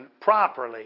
properly